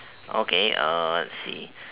okay uh I see